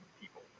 people